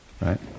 Right